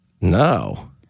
No